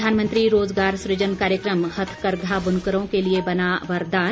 प्रधानमंत्री रोज़गार सूजन कार्यक्रम हथकरघा बुनकरों के लिए बना वरदान